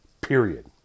Period